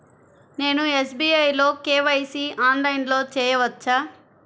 నేను ఎస్.బీ.ఐ లో కే.వై.సి ఆన్లైన్లో చేయవచ్చా?